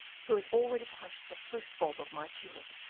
who has already crushed the first bulb of my tulip.